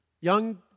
Young